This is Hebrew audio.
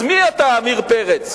אז, מי אתה עמיר פרץ?